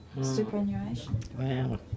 superannuation